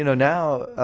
you know now,